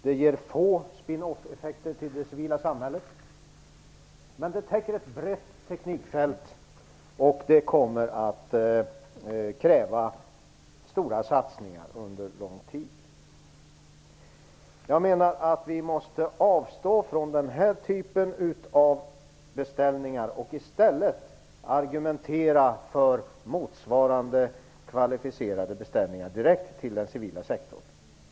Det ger få spin-off-effekter på det civila samhället, men det täcker ett brett teknikfält och kommer att kräva stora satsningar under lång tid. Jag menar att vi måste avstå från den här typen av beställningar och i stället argumentera för motsvarande kvalificerade beställningar direkt till den civila sektorn.